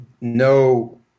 no